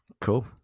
cool